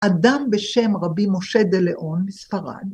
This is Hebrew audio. ‫אדם בשם רבי משה דלאון מספרד.